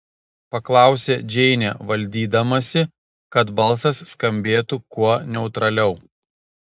paklausė džeinė valdydamasi kad balsas skambėtų kuo neutraliau